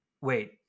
wait